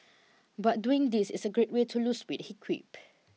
but doing this is a great way to lose weight he quipped